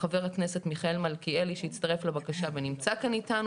ח"כ מיכאל מלכיאלי שהצטרף לבקשה ונמצא כאן איתנו